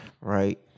right